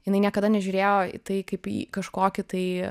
jinai niekada nežiūrėjo į tai kaip į kažkokį tai